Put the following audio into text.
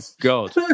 God